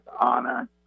honor